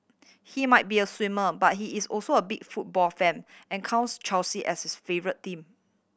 he might be a swimmer but he is also a big football fan and counts Chelsea as his favourite team